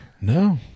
No